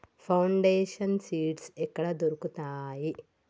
Foundation seeds ఎక్కడ దొరుకుతాయి?